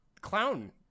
clown